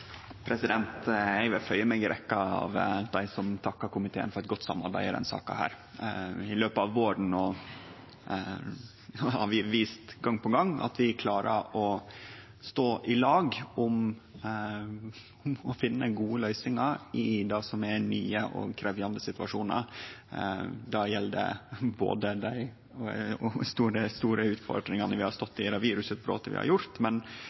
Eg vil føye meg inn i rekkja av dei som takkar komiteen for eit godt samarbeid i denne saka. I løpet av denne våren har vi vist gong på gong at vi klarer å stå i lag om å finne gode løysingar i det som er nye og krevjande situasjonar. Det gjeld dei store utfordringane vi har stått i med dette virusutbrotet, men